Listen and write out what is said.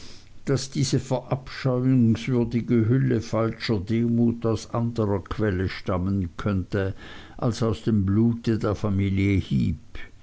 daß diese verabscheuenswürdige hülle falscher demut aus anderer quelle stammen könnte als aus dem blute der familie heep